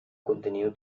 contenido